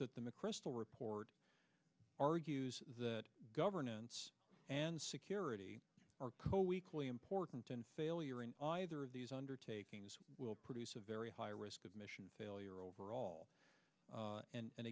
that the mcchrystal report argues that governance and security are code weakly important and failure in either of these undertakings will produce a very high risk of mission failure overall and